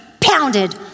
pounded